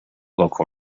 local